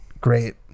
great